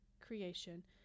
creation